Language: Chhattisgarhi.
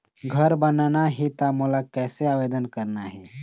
घर बनाना ही त मोला कैसे आवेदन करना हे?